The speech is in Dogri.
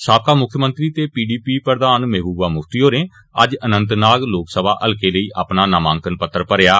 साबका मुक्खमंत्री ते पीडीपी प्रधान महबूबा मुफ्ती होरें अज्ज अनंतनाग लोकसभा हल्कें लेई अपना नामांकन पत्र भरेआ